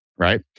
Right